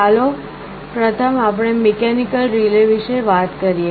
ચાલો પ્રથમ આપણે મિકૅનિકલ રિલે વિશે વાત કરીએ